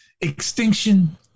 Extinction